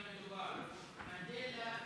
תחנות משטרה ומתקנים ביטחוניים),